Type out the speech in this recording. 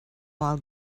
while